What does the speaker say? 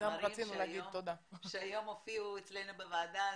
שהיום הופיעו אצלנו בוועדה.